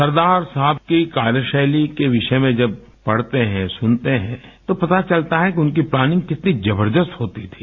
सरदार साहब की कार्यशैली के विषय में जब पढ़ते हैं सुनते हैं तो पता चलता है कि उनकी प्लैनिंग कितनी जबरदस्त होती थी